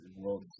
world